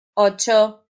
ocho